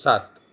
સાત